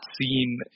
seen